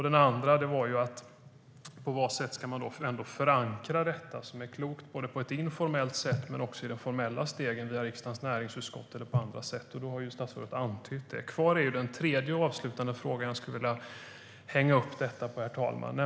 Den andra frågan var om man tänker förankra detta på ett klokt sätt både informellt och formellt, via riksdagens näringsutskott och på andra sätt. Det antyder statsrådet att man ska. Kvar är den tredje och avslutande frågan jag skulle vilja hänga upp detta på.